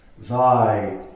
Thy